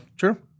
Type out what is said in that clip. Sure